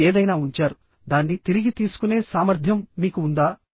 మీరు ఏదైనా ఉంచారు దాన్ని తిరిగి తీసుకునే సామర్థ్యం మీకు ఉందా